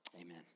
amen